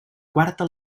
quarta